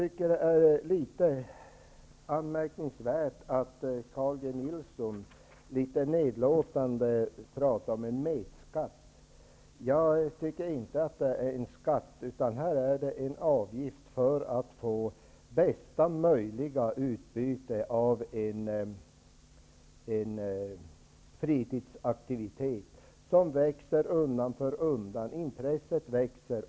Det är anmärkningsvärt att Carl G Nilsson litet nedlåtande pratar om en metskatt. Jag tycker inte att det är en skatt, utan det är en avgift för att få bästa möjliga utbyte av en fritidsaktivitet som växer. Intresset för fisket växer.